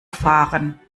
fahren